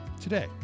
today